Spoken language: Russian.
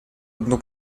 одну